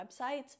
websites